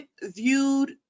viewed